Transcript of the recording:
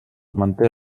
manté